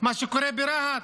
מה שקורה ברהט,